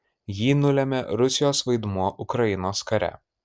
jį nulėmė rusijos vaidmuo ukrainos kare